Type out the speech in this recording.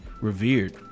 revered